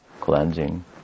cleansing